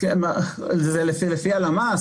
לפי הלמ"ס,